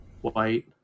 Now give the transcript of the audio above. White